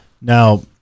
Now